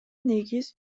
негиз